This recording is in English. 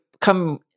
come